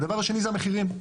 דבר שני זה המחירים.